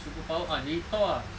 superpowers ah jadi thor ah